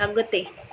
अॻिते